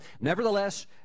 nevertheless